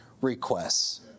requests